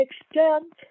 extent